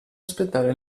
aspettare